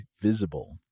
Visible